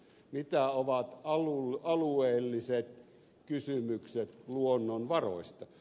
mitä ovat alueelliset kysymykset luonnonvaroista